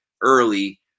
early